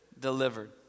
delivered